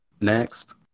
Next